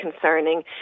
concerning